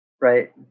right